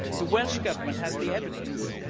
the welsh government has the evidence.